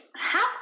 Half